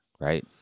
Right